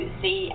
see